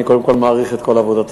אני קודם כול מעריך את כל עבודתך,